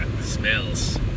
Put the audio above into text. smells